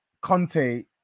Conte